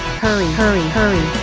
hurry hurry hurry